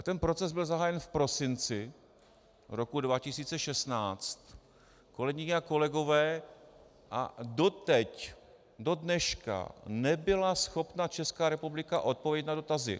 Ten proces byl zahájen v prosinci roku 2016, kolegyně a kolegové, a doteď, dodneška, nebyla schopna Česká republika odpovědět na dotazy.